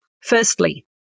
Firstly